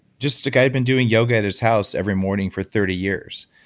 just a guy i had been doing yoga at his house every morning for thirty years,